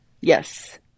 Yes